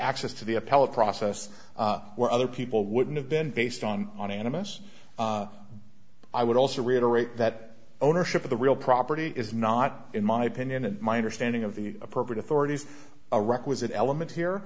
access to the appellate process where other people wouldn't have been based on on animists i would also reiterate that ownership of the real property is not in my opinion a minor standing of the appropriate authorities a requisite element here